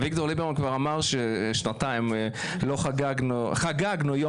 אביגדור ליברמן שכבר שנתיים חגגנו יום